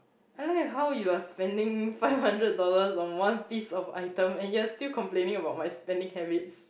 I like how you are spending five hundred dollars on one piece of item and you are still complaining about my spending habits